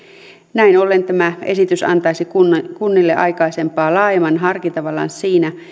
näin ollen tämä esitys antaisi kunnille kunnille aikaisempaa laajemman harkintavallan siinä